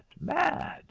mad